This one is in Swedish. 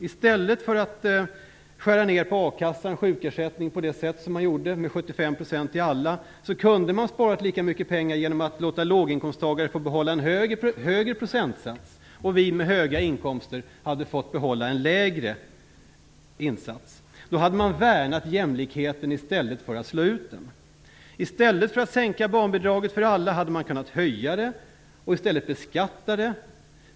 I stället för att skära ned på a-kassan och sjukersättningen och ge 75 % till alla, kunde man sparat lika mycket pengar genom att låta låginkomsttagare få behålla en högre procentsats. Vi med höga inkomster kunde ha fått behålla en lägre procentsats. Då hade man värnat jämlikheten i stället för att slå ut den. I stället för att sänka barnbidraget för alla, hade man kunnat höja det och beskatta det.